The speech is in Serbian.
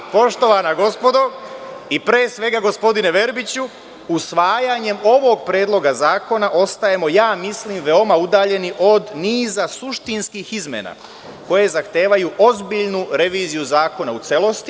Poštovana gospodo, pre svega gospodine Verbiću, usvajanjem ovog predloga zakona ostajemo veoma udaljeni od niza suštinskih izmena koje zahtevaju ozbiljnu reviziju zakona u celosti.